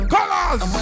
Colors